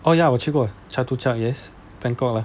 oh ya 我去过 chatuchak yes bangkok lah